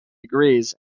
agrees